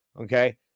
okay